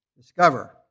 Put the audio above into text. discover